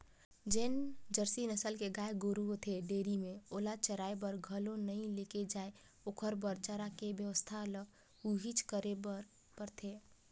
जेन जरसी नसल के गाय गोरु होथे डेयरी में ओला चराये बर घलो नइ लेगे जाय ओखर बर चारा के बेवस्था ल उहेंच करे बर परथे